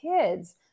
kids